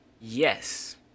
Yes